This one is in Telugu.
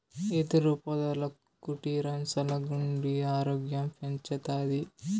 యెదురు పొదల కుటీరం సల్లగుండి ఆరోగ్యం పెంచతాది